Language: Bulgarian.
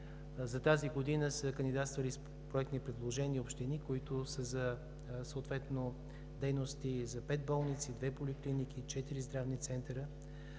За тази година са кандидатствали с проектни предложения общини, които съответно са за дейности за пет болници, две поликлиники, четири здравни центъра.